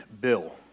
Bill